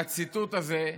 והציטוט הזה,